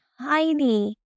tiny